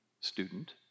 student